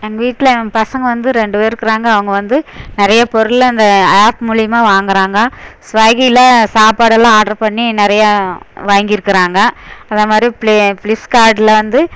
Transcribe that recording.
எங்கள் வீட்டில் என் பசங்கள் வந்து ரெண்டு பேர் இருக்கிறாங்க அவங்க வந்து நிறைய பொருளை அந்த ஆப் மூலியமாக வாங்குறாங்க ஸ்விகில சாப்பாடெல்லாம் ஆர்டர் பண்ணி நிறையா வாங்கியிருக்குறாங்க அது மாதிரி ஃப்ளிப்கார்ட்ல வந்து